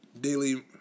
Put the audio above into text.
Daily